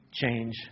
change